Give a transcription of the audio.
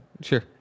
sure